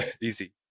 easy